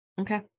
Okay